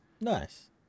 Nice